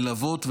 ללוות,